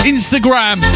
Instagram